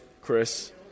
Chris